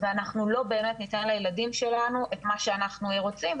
ואנחנו לא באמת ניתן לילדים שלנו את מה שאנחנו רוצים,